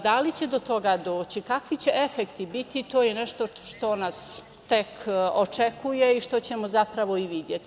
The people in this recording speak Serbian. Da li će do toga doći, kakvi će efekti biti, to je nešto što nas tek očekuje i što ćemo zapravo i videti.